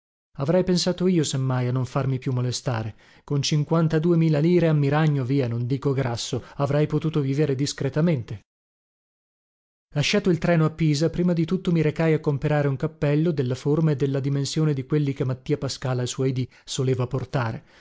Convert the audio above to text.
avrei pensato io se mai a non farmi più molestare con cinquantadue mila lire a miragno via non dico grasso avrei potuto vivere discretamente lasciato il treno a pisa prima di tutto mi recai a comperare un cappello della forma e della dimensione di quelli che mattia pascal ai suoi dì soleva portare